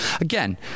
Again